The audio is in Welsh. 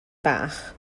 bach